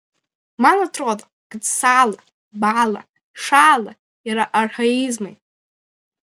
man atrodo kad sąla bąla šąla yra archaizmai